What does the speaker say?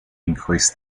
increase